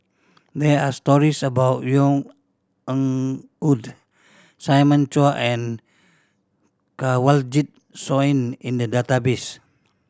there are stories about Yvonne Ng Uhde Simon Chua and Kanwaljit Soin in the database